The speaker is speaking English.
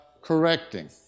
correcting